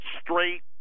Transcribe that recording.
straight